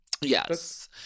Yes